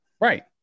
Right